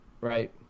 right